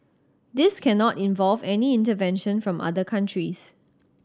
this cannot involve any intervention from other countries